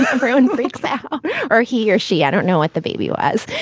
everyone freaks out or he or she. i don't know what the baby was.